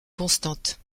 constante